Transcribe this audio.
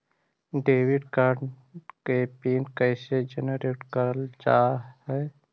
Debit card के PIN कैसे generate करल जाहै?